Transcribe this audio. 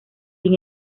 sin